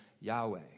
Yahweh